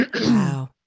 Wow